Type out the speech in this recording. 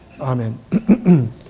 Amen